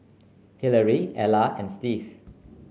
Hillary Ella and Steve